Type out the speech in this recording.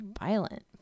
violent